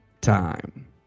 Time